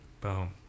Boom